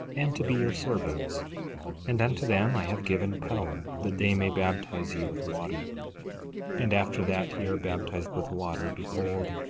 and to be your servants and unto them i have given power that they may baptize you with water and after that ye are baptized with water, behold,